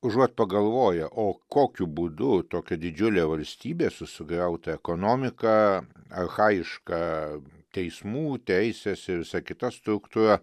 užuot pagalvoję o kokiu būdu tokia didžiulė valstybė su sugriauta ekonomika archajiška teismų teisės ir visa kita struktūra